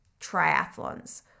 triathlons